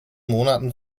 monaten